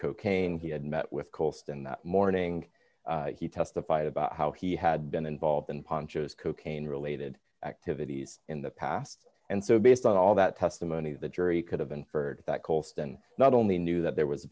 cocaine he had met with colston that morning he testified about how he had been involved in ponchos cocaine related activities in the past and so based on all that testimony the jury could have been heard that colston not only knew that there was a